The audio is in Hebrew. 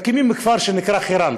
מקימים כפר שנקרא חירן,